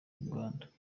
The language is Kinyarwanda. nganda